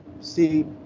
see